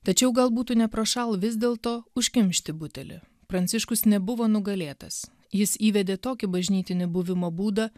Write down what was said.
tačiau gal būtų neprošal vis dėlto užkimšti butelį pranciškus nebuvo nugalėtas jis įvedė tokį bažnytinį buvimo būdą